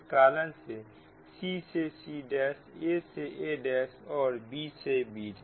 इस कारण से c से c' a से a' और b से b'